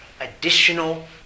additional